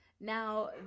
Now